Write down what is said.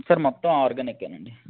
sir మొత్తం ఆర్గానికే అండి